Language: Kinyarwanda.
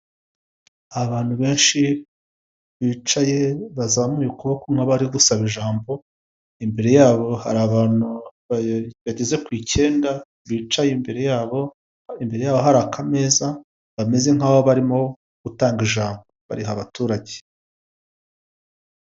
Abantu benshi bicaye bazamuye ukuboko nk'abari gusaba ijambo, imbere yabo hari abantu bageze ku icyenda bicaye imbere yabo. Imbere yabo hari akameza bameze nk'aho barimo gutanga ijambo bariha abaturage.